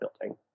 building